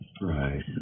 Right